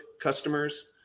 customers